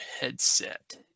headset